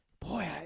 boy